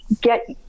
get